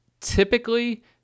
typically